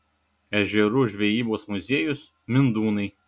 ežerų žvejybos muziejus mindūnai